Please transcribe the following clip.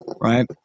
right